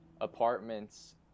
apartments